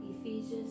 Ephesians